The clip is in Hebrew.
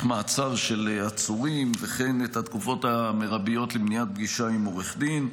מעצר של עצורים וכן את התקופות המרביות למניעת פגישה עם עורך דין.